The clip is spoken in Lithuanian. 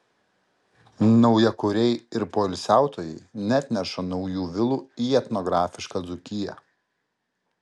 naujakuriai ir poilsiautojai neatneša naujų vilų į etnografišką dzūkiją